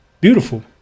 beautiful